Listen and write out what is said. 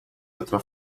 otra